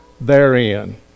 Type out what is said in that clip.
therein